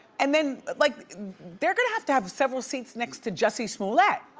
and then like they're gonna have to have several seats next to jussie smollett